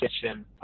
kitchen